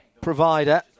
provider